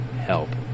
help